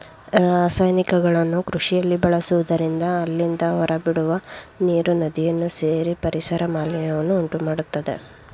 ರಾಸಾಯನಿಕಗಳನ್ನು ಕೃಷಿಯಲ್ಲಿ ಬಳಸುವುದರಿಂದ ಅಲ್ಲಿಂದ ಹೊರಬಿಡುವ ನೀರು ನದಿಯನ್ನು ಸೇರಿ ಪರಿಸರ ಮಾಲಿನ್ಯವನ್ನು ಉಂಟುಮಾಡತ್ತದೆ